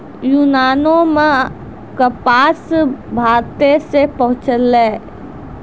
यूनानो मे कपास भारते से पहुँचलै